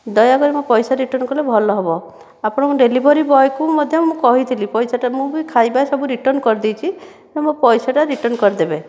ଦୟାକରି ମୋ' ପଇସା ରିଟର୍ଣ୍ଣ କଲେ ଭଲ ହେବ ଆପଣ ଙ୍କ ଡେଲିଭରି ଵୟକୁ ମୁଁ ମଧ୍ୟ ମୁଁ କହିଥିଲି ପଇସା ମୁଁ ବି ଖାଇବା ସବୁ ରିଟର୍ଣ୍ଣ କରିଦେଇଛି ମୋ ପଇସାଟା ରିଟର୍ଣ୍ଣ କରିଦେବେ